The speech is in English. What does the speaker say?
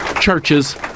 churches